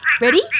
Ready